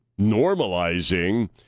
normalizing